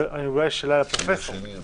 זה לא יותר בטוח?